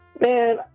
Man